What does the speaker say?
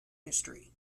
history